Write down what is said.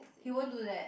he won't do that